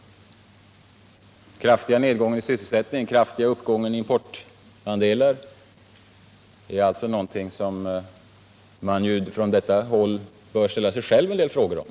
Den kraftiga nedgången i sysselsättning och den kraftiga uppgången i importandelar är alltså någonting som man på socialdemokratiskt håll bör ställa sig själv en del frågor om.